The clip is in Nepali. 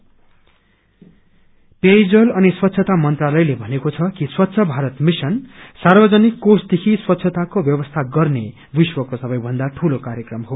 ड्रिकिङ वाटर पेयजल अनि स्वच्छता मंत्रालयले भनेको छ कि स्वच्छ भारत मिशन सार्वजनिक कोषदेखि स्वच्छताको व्यवस्था गर्ने विश्वको सबैभन्दा दूलो कार्यक्रम हो